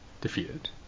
defeated